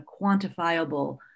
quantifiable